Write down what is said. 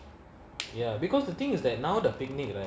ya because the thing is that now the picnic right